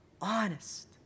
honest